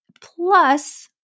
Plus